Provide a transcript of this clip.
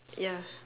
ya